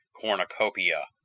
cornucopia